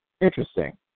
interesting